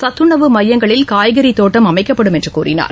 சத்துணவு மையங்களில் காய்கறி தோட்டம் அமைக்கப்படும் என்று கூறினார்